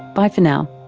bye for now